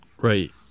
Right